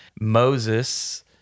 Moses